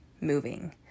moving